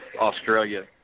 Australia